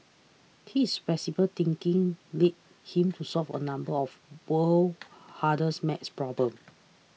his flexible thinking led him to solve a number of the world's hardest maths problems